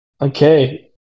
Okay